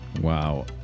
Wow